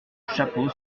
chapeau